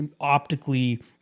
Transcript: optically